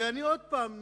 ואני עוד הפעם נדרש,